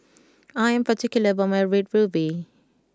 I am particular about my red ruby